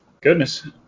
Goodness